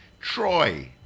Troy